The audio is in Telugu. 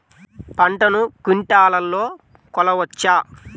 పంటను క్వింటాల్లలో కొలవచ్చా?